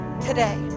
today